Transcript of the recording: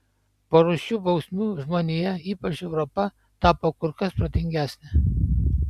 po rūsčių bausmių žmonija ypač europa tapo kur kas protingesnė